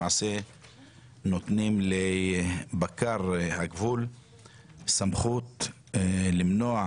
נותנים לבקר הגבול סמכות למנוע